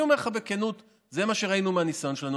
אני אומר לך בכנות, זה מה שראינו מהניסיון שלנו.